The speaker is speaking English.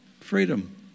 Freedom